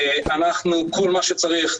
כל מה שצריך,